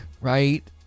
right